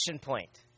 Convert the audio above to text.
point